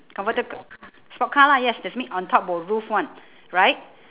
converter c~ sport car lah yes that's mean on top got roof one right